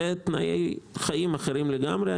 תנאי החיים הם אחרים לגמרי.